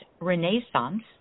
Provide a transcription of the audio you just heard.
Renaissance